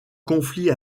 conflit